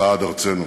בעד ארצנו.